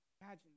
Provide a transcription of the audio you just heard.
Imagine